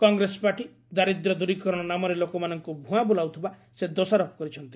Congress party ଦାରିଦ୍ର୍ୟ ଦୂରିକରଣ ନାମରେ ଲୋକମାନଙ୍କୁ ଭୁଆଁ ବୁଲାଉଥିବା ସେ ଦୋଷାରୋପ କରିଚ୍ଛନ୍ତି